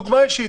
דוגמה אישית.